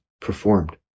performed